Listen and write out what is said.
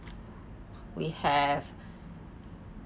we have